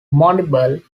mandible